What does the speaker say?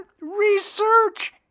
Research